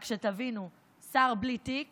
רק שתבינו, שר בלי תיק